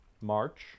march